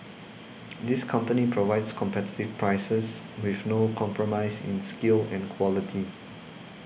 this company provides competitive prices with no compromise in skill and quality